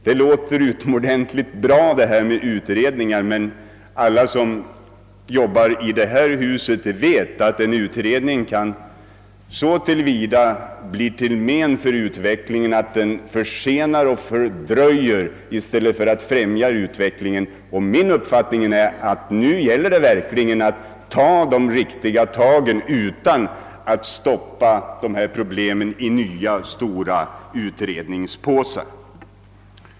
Detta med utredningar låter utomordentligt bra, men alla som arbetar i detta hus vet att en utredning så till vida kan bli till men för utvecklingen att den försenar och fördröjer i stället för att främja den. Min uppfattning är att det nu verkligen gäller att ta de riktiga tagen utan att stoppa dessa problem i nya stora utredningspåsar.